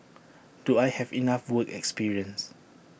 do I have enough work experience